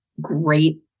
great